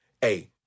hey